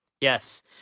Yes